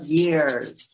years